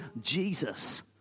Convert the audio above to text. Jesus